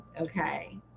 okay